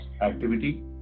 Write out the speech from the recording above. activity